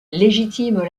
légitime